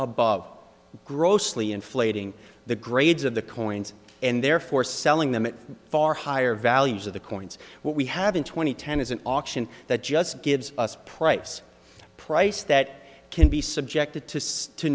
above grossly inflating the grades of the coins and therefore selling them far higher values of the coins what we have in two thousand and ten is an auction that just gives us a price price that can be subjected to to